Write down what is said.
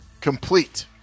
complete